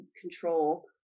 control